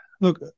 Look